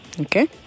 Okay